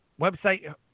Website